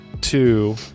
two